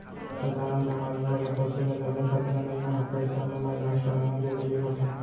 सधारन बेमारी होए ले पसू ल जादा खतरा नइ होवय फेर समे म इलाज कराना जरूरी होथे